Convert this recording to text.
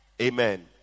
Amen